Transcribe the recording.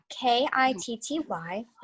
k-i-t-t-y